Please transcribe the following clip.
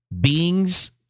beings